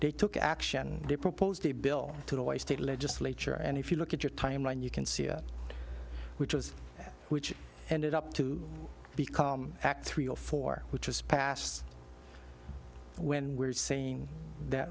they took action they proposed a bill to the way state legislature and if you look at your timeline you can see which was which ended up to become act three or four which was passed when we're saying that